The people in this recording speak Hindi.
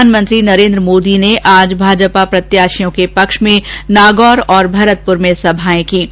प्रधानमंत्री नरेन्द्र मोदी ने आज भाजपा प्रत्याशियों के पक्ष में नागौर और भरतपुर में सभाएं कीं